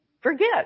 forget